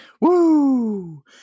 Woo